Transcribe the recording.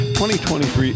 2023